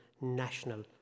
national